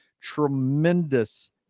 tremendous